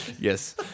yes